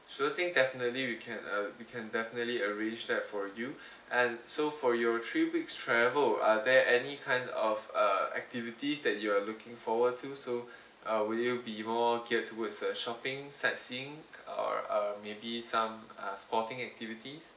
sure thing definitely we can uh we can definitely arrange that for you and so for your three weeks travel are there any kind of uh activities that you're looking forward to so uh will you be more geared towards a shopping sightseeing or uh maybe some uh sporting activities